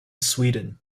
sweden